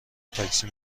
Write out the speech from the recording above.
تاکسی